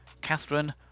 Catherine